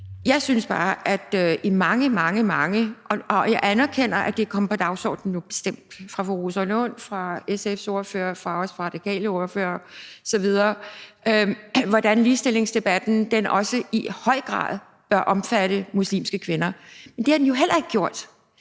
Jeg synes bare, at der er gået mange, mange år. Jeg anerkender, at det er kommet på dagsordenen nu, bestemt, fra fru Rosa Lunds side, fra SF's ordførers side, også fra den radikale ordførers side osv., altså at ligestillingsdebatten også i høj grad bør omfatte muslimske kvinder. Men det har den jo heller ikke gjort.